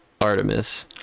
Artemis